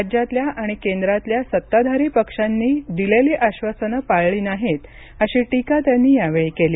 राज्यातल्या आणि केंद्रातल्या सत्ताधारी पक्षांनी दिलेली आश्वासनं पाळली नाहीत अशी टीका त्यांनी यावेळी केली